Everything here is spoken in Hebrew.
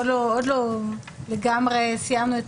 עוד לא לגמרי סיימנו אותה.